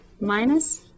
minus